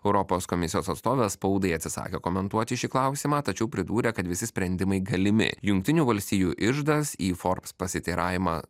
europos komisijos atstovė spaudai atsisakė komentuoti šį klausimą tačiau pridūrė kad visi sprendimai galimi jungtinių valstijų iždas į forbes pasiteiravimą